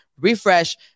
refresh